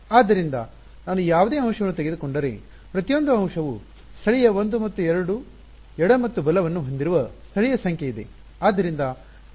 ಆದ್ದರಿಂದ ನಾನು ಯಾವುದೇ ಅಂಶವನ್ನು ತೆಗೆದುಕೊಂಡರೆ ಪ್ರತಿಯೊಂದು ಅಂಶವು ಸ್ಥಳೀಯ 1 ಮತ್ತು 2 ಎಡ ಮತ್ತು ಬಲ ವನ್ನು ಹೊಂದಿರುವ ಸ್ಥಳೀಯ ಸಂಖ್ಯೆಯಿದೆ